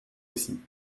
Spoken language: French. aussi